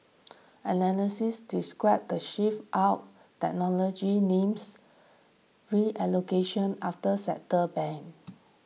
analysts described the shift out technology names reallocation after sector's banned